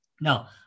Now